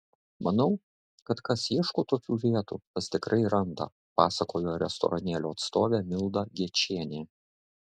manau kad kas ieško tokių vietų tas tikrai randa pasakojo restoranėlio atstovė milda gečienė